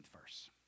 verse